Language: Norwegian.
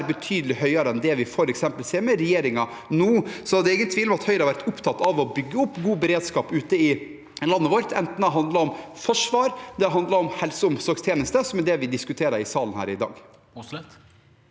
betydelig høyere enn det vi f.eks. ser med regjeringen nå. Det er ingen tvil om at Høyre har vært opptatt av å bygge opp god beredskap ute i landet vårt, enten det handler om forsvar eller helse- og omsorgstjenesten, som er det vi diskuterer i salen her i dag.